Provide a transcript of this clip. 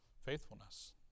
faithfulness